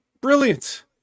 brilliant